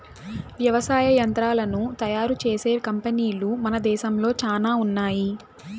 వ్యవసాయ యంత్రాలను తయారు చేసే కంపెనీలు మన దేశంలో చానా ఉన్నాయి